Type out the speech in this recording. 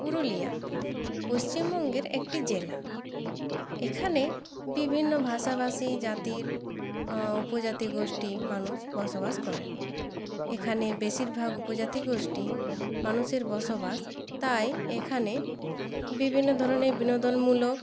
পুরুলিয়া পশ্চিমবঙ্গের একটি জেলা এখানে বিভিন্ন ভাষাভাষী জাতির উপজাতি গোষ্ঠীর মানুষ বসবাস করেন এখানে বেশিরভাগ উপজাতি গোষ্ঠীর মানুষের বসবাস তাই এখানে বিভিন্ন ধরনের বিনোদনমূলক